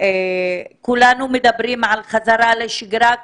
כולנו מדברים על חזרה לשגרה,